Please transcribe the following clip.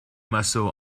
massot